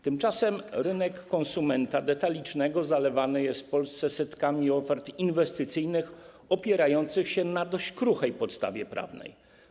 Tymczasem rynek konsumenta detalicznego zalewany jest w Polsce setkami ofert inwestycyjnych opierających się na dość kruchej podstawie prawnej.